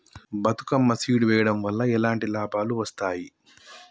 Bathukamma seed వెయ్యడం వల్ల ఎలాంటి లాభాలు వస్తాయి?